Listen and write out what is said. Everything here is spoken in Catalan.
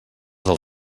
del